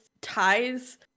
ties